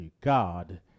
God